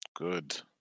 Good